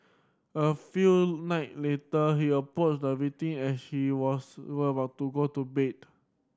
a few night later he approached the victim as she was was about to go to bed